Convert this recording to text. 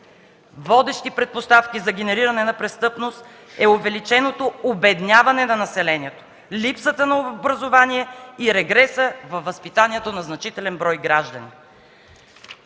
Водещи предпоставки за генериране на престъпност е увеличеното обедняване на населението, липсата на образование и регресът във възпитанието на значителен брой граждани.”